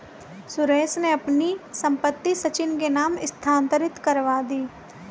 सुरेश ने अपनी संपत्ति सचिन के नाम स्थानांतरित करवा दी